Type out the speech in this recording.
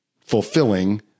fulfilling